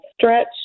stretch